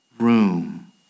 room